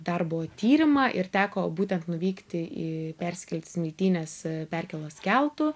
darbo tyrimą ir teko būtent nuvykti į perskelti smiltynės perkėlos keltų